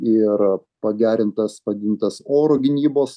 ir pagerintas padidintas oro gynybos